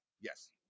Yes